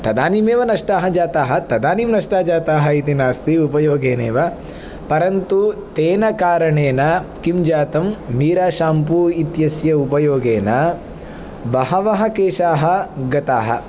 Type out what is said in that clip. तदानीमेव नष्टाः जाताः तदानीम् नष्टा जाताः इति नास्ति उपयोगेनैव परन्तु तेन कारणेन किं जातं मीरा शाम्पू इत्यस्य उपयोगेन बहवः केशाः गताः